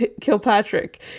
Kilpatrick